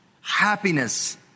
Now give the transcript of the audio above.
happiness